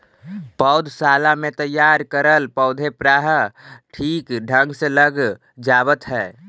पौधशाला में तैयार करल पौधे प्रायः ठीक ढंग से लग जावत है